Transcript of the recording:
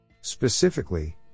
Specifically